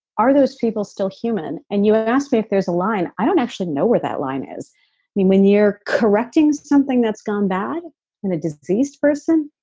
are those people still human? and you have asked me if there's a line, i don't actually know where that line is i mean, when you're correcting something that's gone bad in the diseased person,